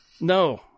No